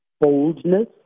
boldness